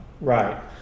Right